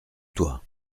toi